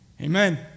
Amen